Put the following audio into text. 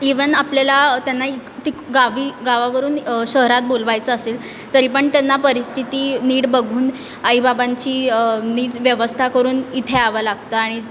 even आपल्याला त्यांना इ ति गावी गावावरून शहरात बोलवायचं असेल तरीपण त्यांना परिस्थिती नीट बघून आईबाबांची नीट व्यवस्था करून इथे यावं लागतं आणि